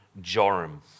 Joram